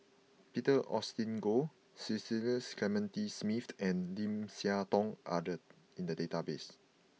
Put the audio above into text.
Peter Augustine Goh Cecil Clementi Smith and Lim Siah Tong are in the database